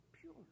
pure